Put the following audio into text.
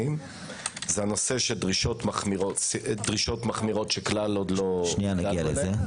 זה הנושא של דרישות מחמירות שכלל עוד לא - והנושא